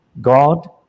God